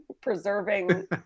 preserving